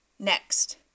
Next